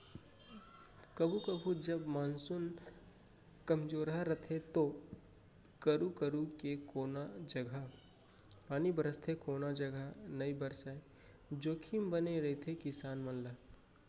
कभू कभू जब मानसून कमजोरहा रथे तो करू करू के कोनों जघा पानी बरसथे कोनो जघा नइ बरसय जोखिम बने रहिथे किसान मन ला